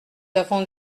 avons